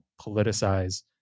politicize